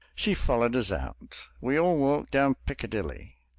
she followed us out. we all walked down piccadilly.